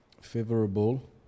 favorable